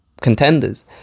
contenders